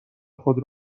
خود